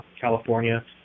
California